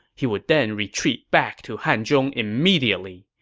he would then retreat back to hanzhong immediately.